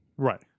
Right